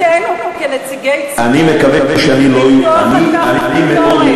אבל זכותנו כנציגי ציבור למתוח על כך ביקורת.